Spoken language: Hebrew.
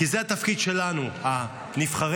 כי זה התפקיד שלנו, נבחרי